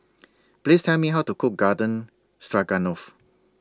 Please Tell Me How to Cook Garden Stroganoff